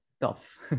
tough